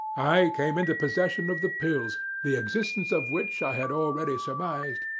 i came into possession of the pills, the existence of which i had already surmised.